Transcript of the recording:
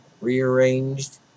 rearranged